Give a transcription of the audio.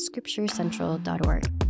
scripturecentral.org